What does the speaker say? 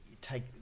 take